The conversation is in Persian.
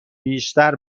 بیشتر